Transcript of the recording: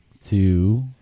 two